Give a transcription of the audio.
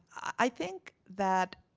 i think that